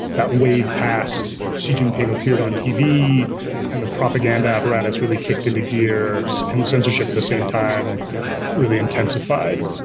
that wave passed xi jinping appeared on tv and the propaganda apparatus really kicked into gear and censorship at the same time really intensified.